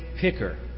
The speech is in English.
picker